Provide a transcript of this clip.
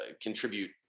contribute